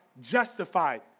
justified